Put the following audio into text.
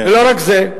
ולא רק זה,